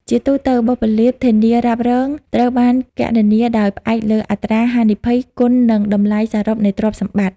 ជាទូទៅ បុព្វលាភធានារ៉ាប់រងត្រូវបានគណនាដោយផ្អែកលើ អត្រាហានិភ័យ គុណនឹង តម្លៃសរុបនៃទ្រព្យសម្បត្តិ។